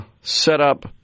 setup